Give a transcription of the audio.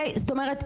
זאת אומרת,